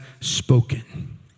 spoken